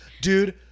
dude